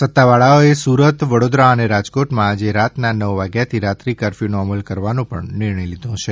સત્તાવાળાઓએ સુરત વડોદરા અને રાજકોટમાં આજે રાતના નવ વાગ્યાથી રાત્રિ કરફ્યૂનો અમલ કરવાનો નિર્ણય લીધો છે